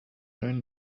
known